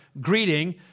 greeting